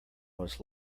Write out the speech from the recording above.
was